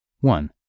One